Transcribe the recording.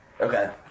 Okay